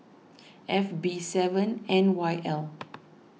F B seven N Y L